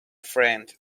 friend